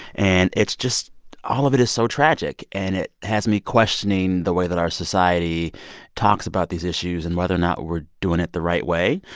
and it's just all of it is so tragic. and it has me questioning the way that our society talks about these issues and whether or not we're doing it the right way.